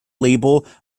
label